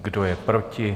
Kdo je proti?